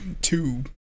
Two